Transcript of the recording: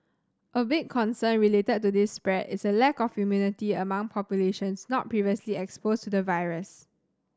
a big concern related to this spread is a lack of immunity among populations not previously exposed to the virus